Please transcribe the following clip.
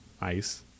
ice